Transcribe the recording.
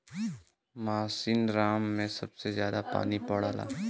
मासिनराम में सबसे जादा पानी पड़ला